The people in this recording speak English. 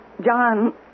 John